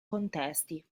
contesti